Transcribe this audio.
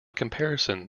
comparison